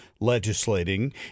legislating